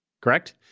correct